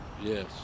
Yes